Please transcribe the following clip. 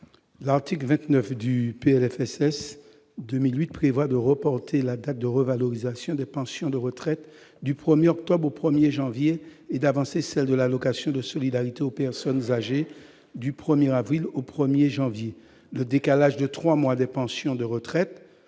sociale pour 2018 prévoit de reporter la date de revalorisation des pensions de retraite du 1 octobre au 1 janvier et d'avancer celle de l'allocation de solidarité aux personnes âgées du 1 avril au 1 janvier. Le décalage de trois mois des pensions de retraite